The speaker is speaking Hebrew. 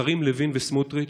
השרים לוין וסמוטריץ'